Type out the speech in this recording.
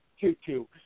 Two-two